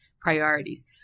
priorities